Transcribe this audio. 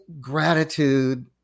gratitude